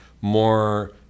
more